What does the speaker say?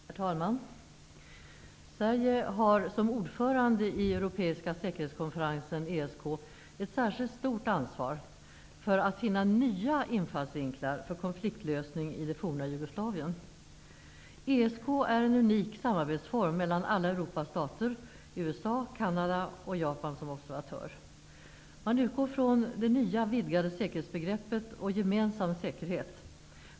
Herr talman! Sverige har som ordförande i Europeiska säkerhetskonferensen, ESK, ett särskilt stort ansvar för att finna nya infallsvinklar för konfliktlösning i det forna Jugoslavien. ESK är en unik samarbetsform mellan alla Europas stater, USA och Canada samt med Japan som observatör. Man utgår från det nya vidgade säkerhetsbegreppet och gemensam säkerhet.